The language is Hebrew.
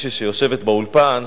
מישהי שיושבת באולפן,